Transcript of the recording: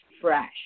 fresh